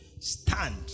Stand